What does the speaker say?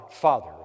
father